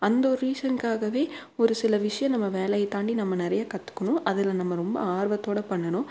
அந்த ஒரு ரீசன்க்காகவே ஒரு சில விஷயம் நம்ம வேலையை தாண்டி நம்ம நிறைய கற்றுக்கணும் அதில் நம்ம ரொம்ப ஆர்வத்தோடய பண்ணனும்